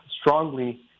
strongly